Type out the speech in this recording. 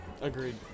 agreed